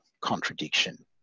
contradiction